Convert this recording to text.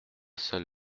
seul